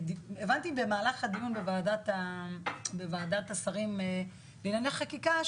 הבנתי במהלך הדיון בוועדת השרים בענייני חקיקה,